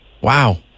Wow